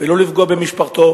ולא לפגוע במשפחתו,